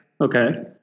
Okay